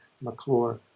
McClure